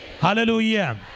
Hallelujah